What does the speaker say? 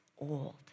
old